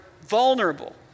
vulnerable